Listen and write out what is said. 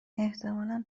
احتمالا